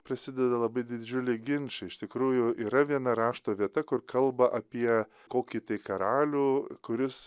prasideda labai didžiuliai ginčai iš tikrųjų yra viena rašto vieta kur kalba apie kokį tai karalių kuris